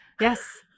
yes